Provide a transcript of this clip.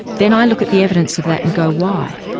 then i look at the evidence of that and go, why?